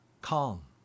calm